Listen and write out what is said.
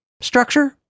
structure